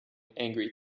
angry